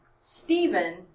Stephen